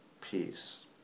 peace